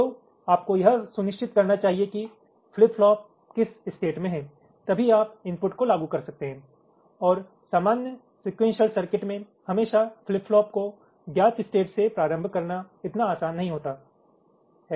तो आपको यह सुनिश्चित करना चाहिए कि फ्लिप फ्लॉप किस स्टेट में हैं तभी आप इनपुट को लागू कर सकते हैं और सामान्य सिक़ुएंशल सर्किट में हमेशा फ्लिप फ्लॉप को ज्ञात स्टेट से प्रारम्भ करना इतना आसान नहीं होता है